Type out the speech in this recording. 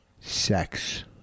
Sex